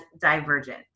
divergent